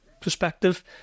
perspective